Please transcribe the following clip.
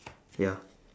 ya